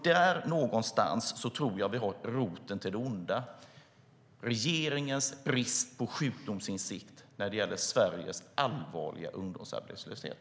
Där någonstans tror jag att vi har roten till det onda: regeringens brist på sjukdomsinsikt när det gäller Sveriges allvarliga ungdomsarbetslöshet.